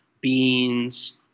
beans